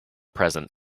present